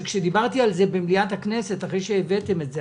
כשדיברתי על זה במליאת הכנסת אחרי שהבאתם את זה,